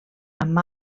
amb